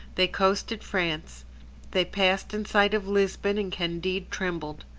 they coasted france they passed in sight of lisbon, and candide trembled.